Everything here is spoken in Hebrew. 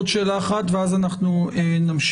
עוד שאלה אחת ואז אנחנו נמשיך.